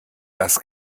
das